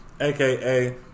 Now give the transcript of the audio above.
aka